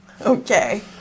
Okay